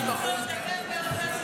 אני מקבל פה חמש דקות תוספת.